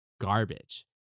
garbage